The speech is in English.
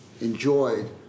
enjoyed